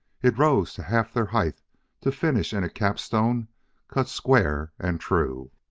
it rose to half their height to finish in a capstone cut square and true.